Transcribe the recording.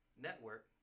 network